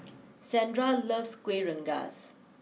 Sandra loves Kuih Rengas